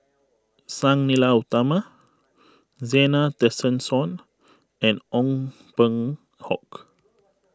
Sang Nila Utama Zena Tessensohn and Ong Peng Hock